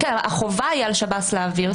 החובה על שב"ס להעביר.